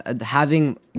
having-